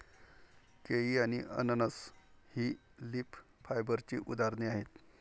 केळी आणि अननस ही लीफ फायबरची उदाहरणे आहेत